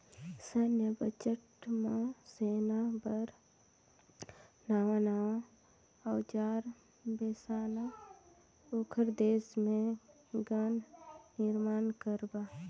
सैन्य बजट म सेना बर नवां नवां अउजार बेसाना, ओखर देश मे गन निरमान करबा